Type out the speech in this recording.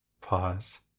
pause